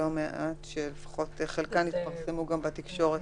חלקן גם התפרסמו בתקשורת.